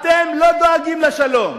אתם לא דואגים לשלום,